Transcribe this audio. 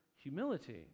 humility